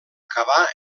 acabar